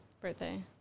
Birthday